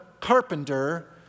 carpenter